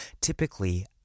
Typically